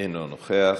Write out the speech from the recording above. אינו נוכח.